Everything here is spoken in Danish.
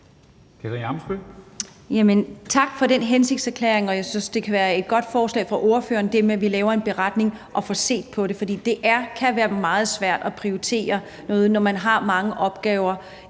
Tak for den hensigtserklæring. Jeg synes, det forslag, ordføreren kommer med, om, at vi laver en beretning og får set på det, kan være en god idé, for det kan være meget svært at prioritere noget, når man har mange opgaver